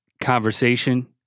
conversation